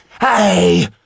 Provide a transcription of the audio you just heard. Hey